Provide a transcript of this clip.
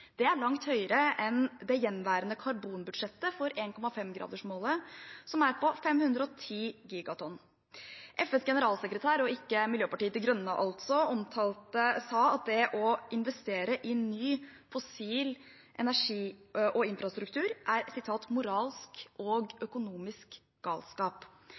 Det er langt høyere enn det gjenværende karbonbudsjettet for 1,5-gradersmålet, som er på 510 gigatonn. FNs generalsekretær – og ikke Miljøpartiet De Grønne, altså – sa at det å investere i ny fossil energi og infrastruktur er moralsk og økonomisk galskap.